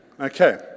Okay